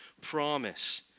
promise